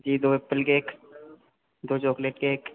जी दो apple cake दो chocolate cake